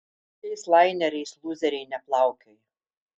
tokiais laineriais lūzeriai neplaukioja